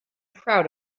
proud